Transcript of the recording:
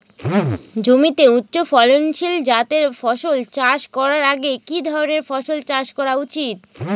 জমিতে উচ্চফলনশীল জাতের ফসল চাষ করার আগে কি ধরণের ফসল চাষ করা উচিৎ?